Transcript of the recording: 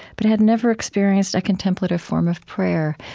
but had never experienced a contemplative form of prayer.